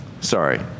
Sorry